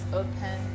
open